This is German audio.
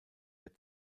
der